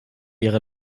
ihre